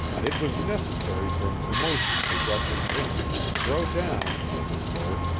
it was necessary for an emotion to rush at joan and throw down, as it were,